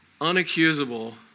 unaccusable